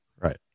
Right